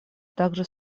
также